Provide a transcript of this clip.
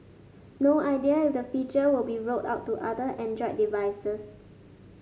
no idea if the feature will be rolled out to other Android devices